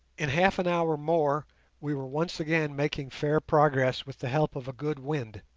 in half an hour more we were once again making fair progress with the help of a good wind.